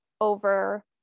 over